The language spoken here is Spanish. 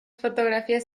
fotografías